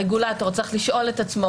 זה מה שעו"ד שרון אומר,